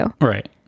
Right